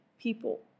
people